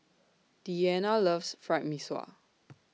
Deanna loves Fried Mee Sua